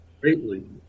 greatly